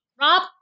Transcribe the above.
Rob